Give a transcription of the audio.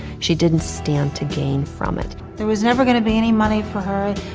she didn't stand to gain from it. there was never going to be any money for her,